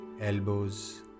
elbows